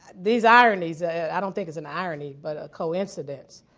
these ironies ah i don't think it's an irony but a coincidence.